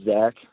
Zach